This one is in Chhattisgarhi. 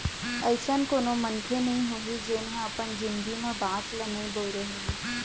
अइसन कोनो मनखे नइ होही जेन ह अपन जिनगी म बांस ल नइ बउरे होही